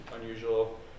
unusual